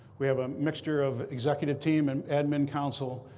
we have a mixture of executive team and admin counsel,